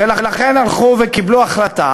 ולכן, הלכו וקיבלו החלטה